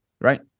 Right